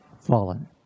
Fallen